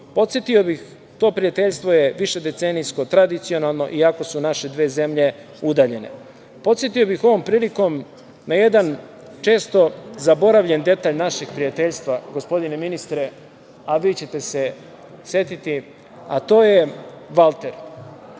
svima. Podsetio bih, to prijateljstvo je višedecenijsko, tradicionalno iako su naše dve zemlje udaljene. Podsetio bih ovom prilikom na jedan često zaboravljen detalj našeg prijateljstva, gospodine ministre, a vi ćete se setiti, a to je „Valter“.